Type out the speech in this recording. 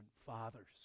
Fathers